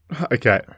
okay